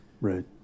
right